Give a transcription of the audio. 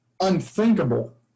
unthinkable